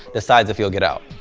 decides if you'll get out,